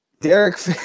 Derek